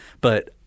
but-